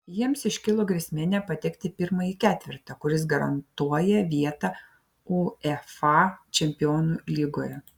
jiems iškilo grėsmė nepatekti į pirmąjį ketvertą kuris garantuoja vietą uefa čempionų lygoje